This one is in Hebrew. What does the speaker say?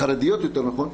חרדיות יותר נכון.